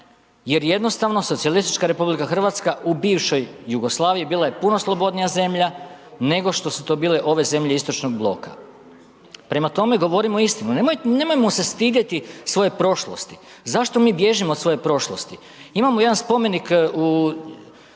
jer jednostavno socijalistička RH u bivšoj Jugoslaviji bila je puno slobodnija zemlja, nego što su to bile ove zemlje Istočnog Bloka. Prema tome, govorimo istinu, nemojmo se stidjeti svoje prošlosti, zašto mi bježimo od svoje prošlosti? Imamo jedan spomenik u